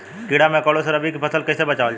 कीड़ों मकोड़ों से रबी की फसल के कइसे बचावल जा?